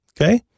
Okay